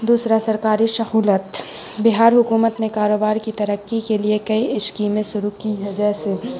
دوسرا سرکاری سہولت بہار حکومت نے کاروبار کی ترقی کے لیے کئی اسکیمیں شروع کی ہیں جیسے